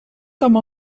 com